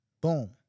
Boom